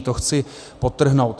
To chci podtrhnout.